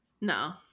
No